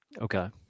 Okay